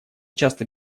часто